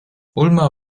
ulmer